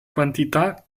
quantità